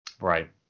Right